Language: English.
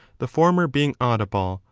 the former being audible,